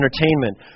entertainment